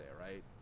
right